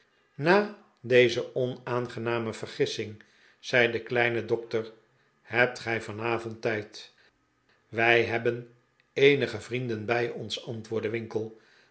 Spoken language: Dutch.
na deze onaangename vergissing zei de kleine dokter hebt gij vanavond tijd wij hebben eenige vrienden bij ons antwoordde winkle